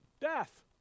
death